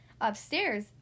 upstairs